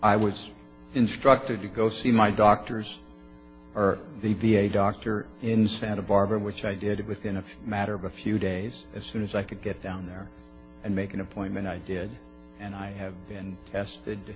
i was instructed to go see my doctors or the v a doctor in santa barbara which i did within a few matter of a few days as soon as i could get down there and make an appointment i did and i have been tested